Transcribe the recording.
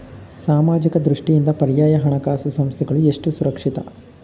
ಸಾಮಾಜಿಕ ದೃಷ್ಟಿಯಿಂದ ಪರ್ಯಾಯ ಹಣಕಾಸು ಸಂಸ್ಥೆಗಳು ಎಷ್ಟು ಸುರಕ್ಷಿತ?